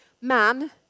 Man